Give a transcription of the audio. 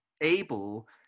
able